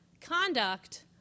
Conduct